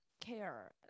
care